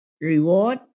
reward